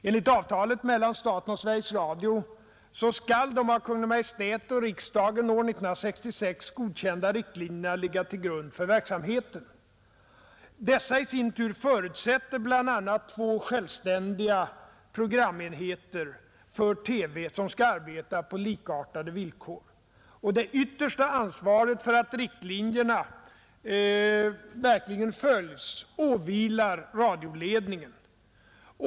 Enligt avtalet mellan staten och Sveriges Radio skall de av Kungl. Maj:t och riksdagen år 1966 godkända riktlinjerna ligga till grund för verksamheten. Dessa i sin tur förutsätter bl.a. två självständiga programenheter för TV som skall arbeta på likartade villkor. Det yttersta ansvaret för att riktlinjerna verkligen följs åvilar radioledningen.